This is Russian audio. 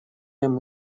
ему